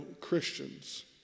Christians